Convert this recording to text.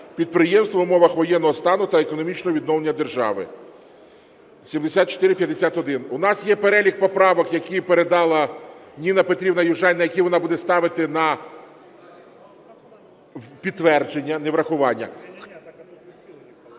підприємств в умовах воєнного стану та економічного відновлення держави. 7451. У нас є перелік поправок, які передала Ніна Петрівна Южаніна, які вона буде ставити… На підтвердження, не врахування.